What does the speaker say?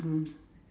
mm